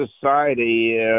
society